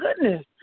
goodness